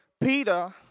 Peter